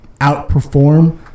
outperform